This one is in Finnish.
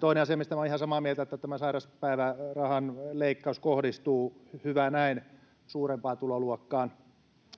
Toinen asia, mistä minä olen ihan samaa mieltä, on se, että tämä sairauspäivärahan leikkaus kohdistuu, hyvä näin, suurempaan tuloluokkaan.